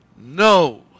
No